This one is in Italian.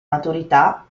maturità